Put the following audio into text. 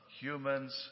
humans